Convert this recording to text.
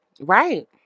Right